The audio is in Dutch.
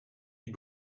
die